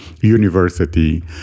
university